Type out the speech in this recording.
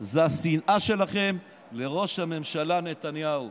זה השנאה שלכם לראש הממשלה נתניהו.